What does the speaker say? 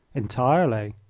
entirely.